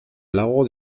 lago